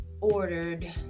ordered